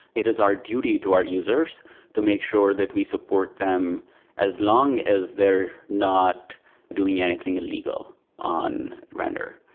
it is our duty to our users to make sure that we support them as long as they're not doing anything illegal on render.